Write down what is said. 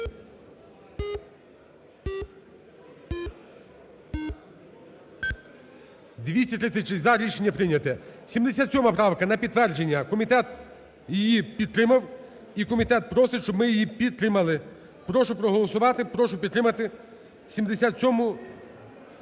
236 – за. Рішення прийняте. 77 правка на підтвердження. Комітет її підтримав і комітет просить, щоб ми її підтримали. Прошу проголосувати, прошу підтримати 77 правку. Прошу підтримати.